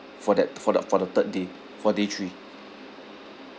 for that for the for the third day for day three